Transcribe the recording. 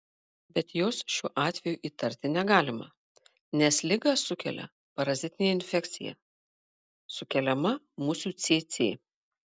bet jos šiuo atveju įtarti negalima nes ligą sukelia parazitinė infekcija sukeliama musių cėcė